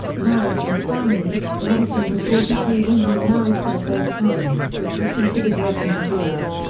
marriage and family madison was forty three when he married for the first time, which was considered late in that era.